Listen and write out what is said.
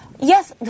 Yes